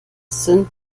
sind